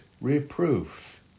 reproof